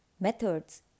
methods